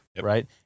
right